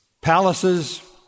palaces